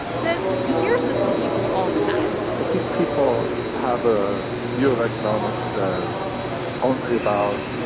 says he hears this from people all the time i think people have a view of economics as only about,